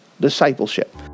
discipleship